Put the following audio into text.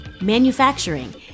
manufacturing